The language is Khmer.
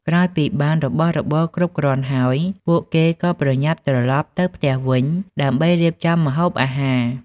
ក្រោយពីបានរបស់របរគ្រប់គ្រាន់ហើយ ពួកគេក៏ប្រញាប់ត្រឡប់ទៅផ្ទះវិញដើម្បីរៀបចំម្ហូបអាហារ។